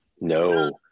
No